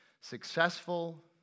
successful